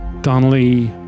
Donnelly